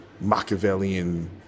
Machiavellian